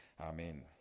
Amen